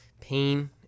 pain